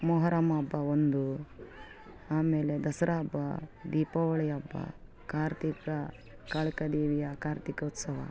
ಮೊಹರಮ್ ಹಬ್ಬ ಒಂದು ಆಮೇಲೆ ದಸರಾ ಹಬ್ಬ ದೀಪಾವಳಿ ಹಬ್ಬ ಕಾರ್ತಿಕ ಕಾಳಿಕ ದೇವಿಯ ಕಾರ್ತಿಕ ಉತ್ಸವ